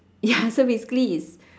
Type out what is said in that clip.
ya so basically is